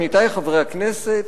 עמיתי חברי הכנסת,